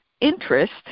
interest